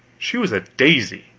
she was a daisy.